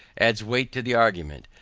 adds weight to the argument,